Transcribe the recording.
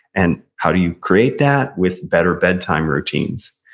and how do you create that? with better bed time routines.